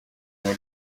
muri